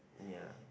ya